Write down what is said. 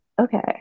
Okay